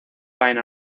fine